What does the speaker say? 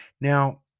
now